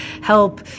help